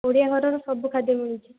ଓଡ଼ିଆ ଘରର ସବୁ ଖାଦ୍ୟ ମିଳୁଛି